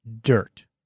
Dirt